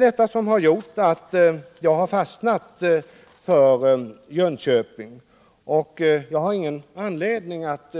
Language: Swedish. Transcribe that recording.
Detta har gjort att jag fastnat för Jönköping, och jag har ingen anledning att